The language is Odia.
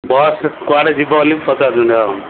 ବସ୍ କୁଆଡ଼େ ଯିବ ବୋଲି ପଚାରୁଛନ୍ତି ଆଉ